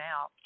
out